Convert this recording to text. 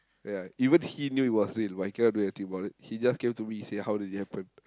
ya even he knew it was real but he cannot do anything about it he just came to me and say how did it happen